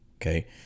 okay